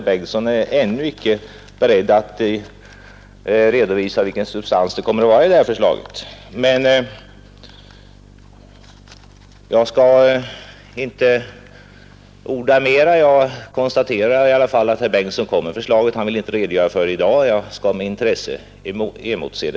Jag konstaterar att herr Bengtsson kommer att lägga fram ett förslag men att han i dag inte är beredd att redogöra för det. Jag motser förslaget med intresse.